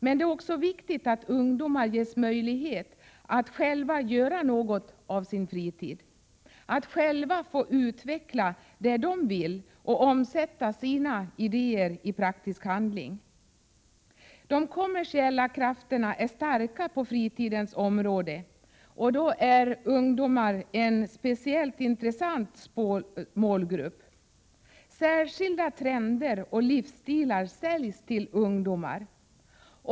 Men det är också viktigt att ungdomar ges möjlighet att själva göra något av sin fritid, att själva få utveckla det de vill och att omsätta sina idéer i praktisk handling. De kommersiella krafterna på fritidens område är starka, och då är ungdomar en speciellt intressant målgrupp. Särskilda trender och livsstilar säljs till ungdomar.